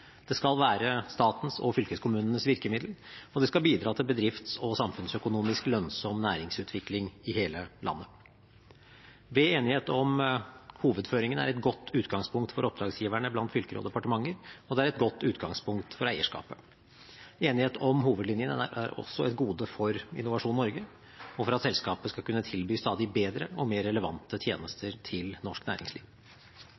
det skal være statens og fylkeskommunenes virkemiddel, og det skal bidra til bedrifts- og samfunnsøkonomisk lønnsom næringsutvikling i hele landet. Bred enighet om hovedføringene er et godt utgangspunkt for oppdragsgiverne blant fylker og departementer, og det er et godt utgangspunkt for eierskapet. Enighet om hovedlinjene er også et gode for Innovasjon Norge, og for at selskapet skal kunne tilby stadig bedre og mer relevante